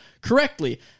correctly